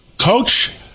coach